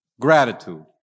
gratitude